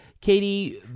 Katie